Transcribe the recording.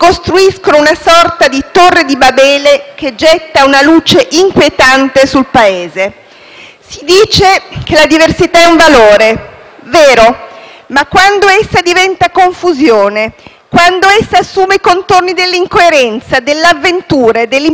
Si dice che la diversità è un valore. È vero, ma quando essa diventa confusione, quando essa assume contorni dell'incoerenza, dell'avventura e dell'improvvisazione, tanto più in un campo delicato quale quello della politica estera, un Paese